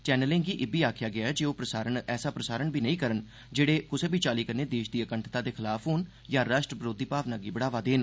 चैनलें गी इब्बी आखेआ गेआ ऐ जे ओह ऐसे प्रसारण बी नेई करन जेहड़े कुसा बी चाल्ली कन्नै देसै दी अखंडता दे खलाफ होन यां राश्ट्र बरोधी भावना गी बढ़ावा देन